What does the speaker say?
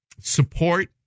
support